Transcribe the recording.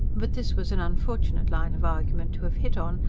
but this was an unfortunate line of argument to have hit on,